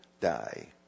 die